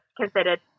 considered